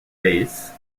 bass